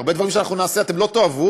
הרבה דברים שאנחנו נעשה אתם לא תאהבו,